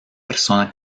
persona